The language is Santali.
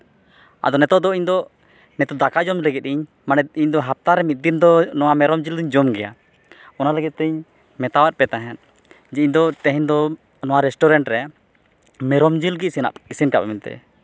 ᱟᱫᱚ ᱱᱤᱛᱚᱜ ᱫᱚ ᱤᱧ ᱫᱚ ᱱᱤᱛᱳᱜ ᱫᱟᱠᱟ ᱡᱚᱢ ᱞᱟᱹᱜᱤᱫ ᱤᱧ ᱢᱟᱱᱮ ᱤᱧ ᱫᱚ ᱦᱟᱯᱛᱟ ᱨᱮ ᱢᱤᱫ ᱫᱤᱱ ᱫᱚ ᱱᱚᱣᱟ ᱢᱮᱨᱚᱢ ᱡᱤᱞ ᱫᱚᱧ ᱡᱚᱢ ᱜᱮᱭᱟ ᱚᱱᱟ ᱞᱟᱹᱜᱤᱫᱛᱮᱧ ᱢᱮᱛᱟᱫ ᱯᱮ ᱛᱟᱦᱮᱸᱫ ᱡᱮ ᱤᱧ ᱫᱚ ᱛᱮᱦᱮᱧ ᱫᱚ ᱱᱚᱣᱟ ᱨᱮᱥᱴᱩᱨᱮᱱᱴ ᱨᱮ ᱢᱮᱨᱚᱢ ᱡᱤᱞ ᱜᱮ ᱤᱥᱤᱱᱟᱜ ᱤᱥᱤᱱ ᱠᱟᱜ ᱯᱮ ᱢᱮᱱᱛᱮᱫ